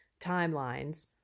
timelines